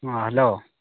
hello